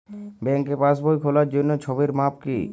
ব্যাঙ্কে পাসবই খোলার জন্য ছবির মাপ কী?